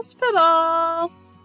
Hospital